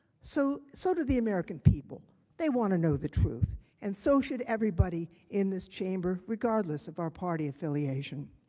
so so do the american people. they want to know the truth and so should everybody in this chamber regardless of our party affiliation.